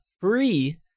free